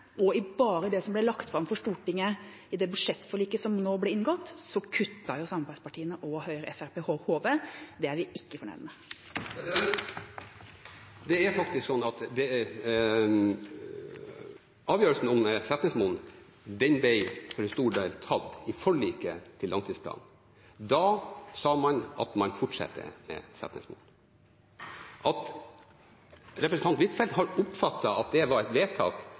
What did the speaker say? Og bare i det som ble lagt fram for Stortinget i det budsjettforliket som nå ble inngått, kuttet samarbeidspartiene, Høyre og Fremskrittspartiet i HV. Det er vi ikke fornøyd med. Det er faktisk slik at avgjørelsen om Setnesmoen for en stor del ble tatt i forliket om langtidsplanen. Da sa man at man fortsetter med Setnesmoen. At representanten Huitfeldt har oppfattet at det var et vedtak